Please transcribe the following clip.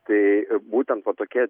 tai būtent va tokie